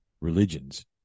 religions